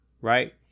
right